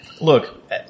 Look